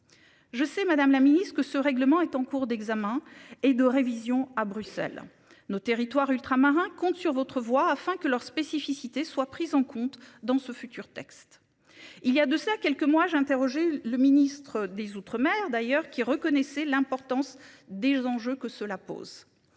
Je sais Madame la Ministre que ce règlement est en cours d'examen et de révision à Bruxelles nos territoires ultramarins compte sur votre voix afin que leurs spécificités soient prises en compte dans ce futur texte. Il y a de ça quelques mois j'interrogé le ministre des Outre-mer d'ailleurs qui reconnaissait l'importance des enjeux que cela pose.